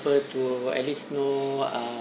~per to at least know